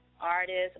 artists